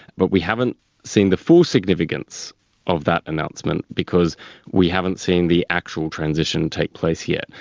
but we haven't seen the full significance of that announcement because we haven't seen the actual transition take place yet.